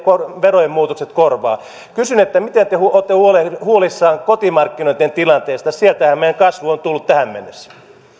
verojen muutokset korvaa kysyn miten te olette huolissanne kotimarkkinoitten tilanteesta sieltähän meidän kasvu on tullut tähän mennessä